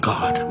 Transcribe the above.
God